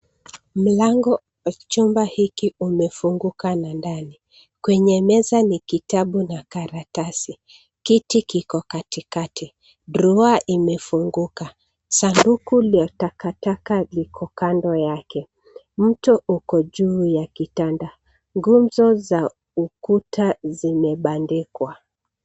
Mlango wa chumba hiki umefunguka na ndani. Kwenye meza ni kitabu na karatasi. Kiti kiko katikati. Drawer imefunguka. Sanduku la takataka liko kando yake. Mto uko juu ya kitanda. Ngumzo za ukuta zimebandikwa.